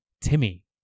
Timmy